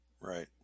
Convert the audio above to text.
Right